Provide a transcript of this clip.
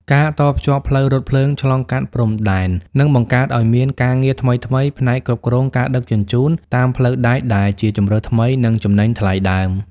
ការតភ្ជាប់ផ្លូវរថភ្លើងឆ្លងកាត់ព្រំដែន នឹងបង្កើតឱ្យមានការងារថ្មីៗផ្នែកគ្រប់គ្រងការដឹកជញ្ជូនតាមផ្លូវដែកដែលជាជម្រើសថ្មី និងចំណេញថ្លៃដើម។